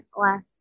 last